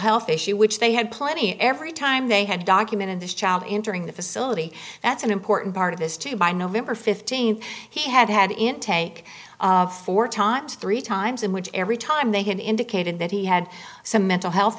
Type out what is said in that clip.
health issue which they had plenty every time they had documented this child entering the facility that's an important part of this too by november th he had had intake of four times three times in which every time they had indicated that he had some mental health